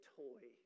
toy